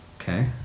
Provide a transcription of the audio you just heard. Okay